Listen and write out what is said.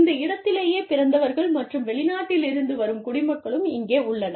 இந்த இடத்திலேயே பிறந்தவர்கள் மற்றும் வெளிநாட்டிலிருந்து வந்த குடிமக்களும் இங்கே உள்ளனர்